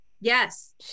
Yes